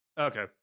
Okay